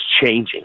changing